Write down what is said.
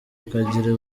ukagira